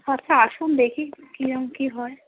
আচ্ছা আসুন দেখি কম কী হয়